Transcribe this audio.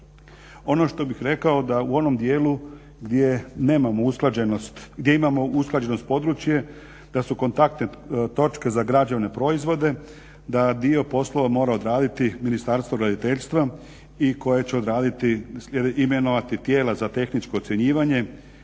Ono što bih rekao da u onom dijelu gdje nemamo usklađenost, gdje imamo usklađenost područje da su kontaktne točke za građevne proizvode, da dio poslova mora odraditi Ministarstvo graditeljstva i koje će odraditi, imenovati tijela za tehničko ocjenjivanje,